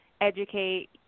educate